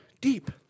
Deep